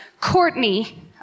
Courtney